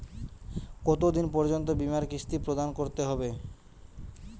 কতো দিন পর্যন্ত বিমার কিস্তি প্রদান করতে হবে?